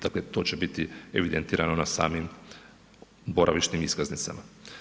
Dakle, to će biti evidentirano na samim boravišnim iskaznicama.